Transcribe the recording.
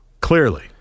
Clearly